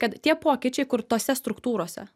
kad tie pokyčiai kur tose struktūrose